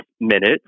minutes